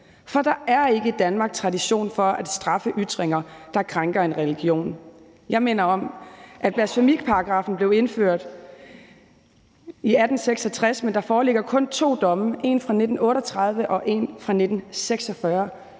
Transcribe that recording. For der er ikke i Danmark tradition for at straffe ytringer, der krænker en religion. Jeg minder om, at blasfemiparagraffen blev indført i 1866, men der foreligger kun to domme, en fra 1938 og en fra 1946,